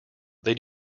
they